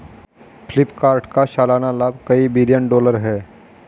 फ्लिपकार्ट का सालाना लाभ कई बिलियन डॉलर है